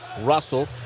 Russell